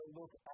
look